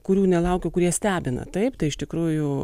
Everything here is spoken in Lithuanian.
kurių nelaukiu kurie stebina taip tai iš tikrųjų